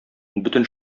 бөтен